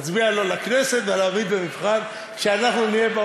להצביע לו לכנסת ולהעמיד במבחן, כשאנחנו נהיה,